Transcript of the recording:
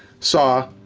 saw,